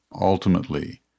ultimately